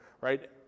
right